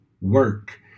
work